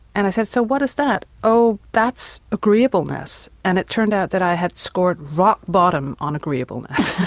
and i said so what is that? oh, that's agreeableness and it turned out that i had scored rock bottom on agreeableness.